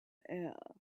air